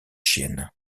chienne